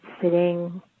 sitting